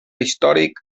històric